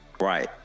Right